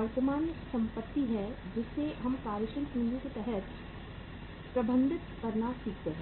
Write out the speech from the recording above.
वर्तमान संपत्ति है जिसे हम कार्यशील पूंजी के तहत प्रबंधित करना सीखते हैं